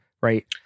right